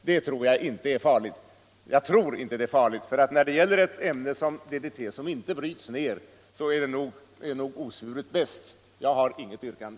Det tror jag inte är farligt. Jag säger att jag inte tror att det är farligt, för när det gäller ett ämne som DDT, som inte bryts ned, är nog osvuret bäst. Jag har inget yrkande.